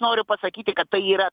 noriu pasakyti kad tai yra